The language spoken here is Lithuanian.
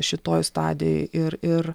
šitoj stadijoj ir ir